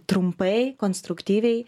trumpai konstruktyviai